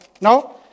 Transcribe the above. No